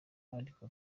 ariko